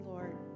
Lord